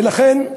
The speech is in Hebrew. ולכן,